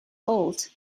fault